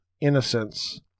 Innocence